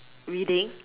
reading